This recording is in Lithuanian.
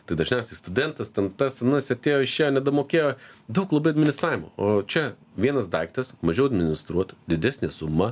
tai dažniausiai studentas ten tas anas atėjo išėjo nedamokėjo daug labai administravimo o čia vienas daiktas mažiau administruot didesnė suma